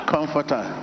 Comforter